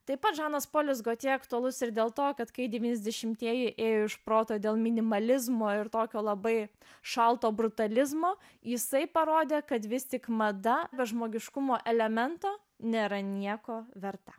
taip pat žanas polis gotje aktualus ir dėl to kad kai devyniasdešimtieji ėjo iš proto dėl minimalizmo ir tokio labai šalto brutalizmo jisai parodė kad vis tik mada be žmogiškumo elemento nėra nieko verta